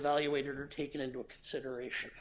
evaluated or taken into consideration